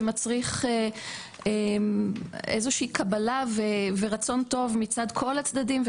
מצריך איזה שהיא קבלה ורצון טוב מצד כל הצדדים,